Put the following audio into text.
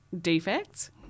defects